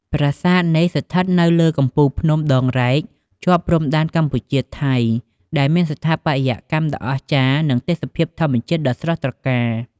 ប្រាសាទនេះស្ថិតនៅលើកំពូលភ្នំដងរ៉ែក ជាប់ព្រំដែនកម្ពុជា-ថៃ ដែលមានស្ថាបត្យកម្មដ៏អស្ចារ្យ និងទេសភាពធម្មជាតិដ៏ស្រស់ត្រកាល។